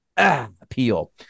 Appeal